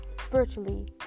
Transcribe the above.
spiritually